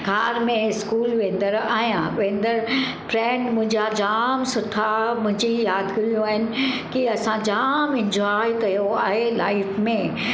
car में school वेंदड़ आहियां वेंदड़ु फ्रैंड मुंहिंजा जाम सुठा मुंहिंजी यादगिरियूं आहिनि की असां जाम इंजॉय कयो आहे लाइफ में